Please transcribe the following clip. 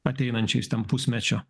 ateinančiais ten pusmečio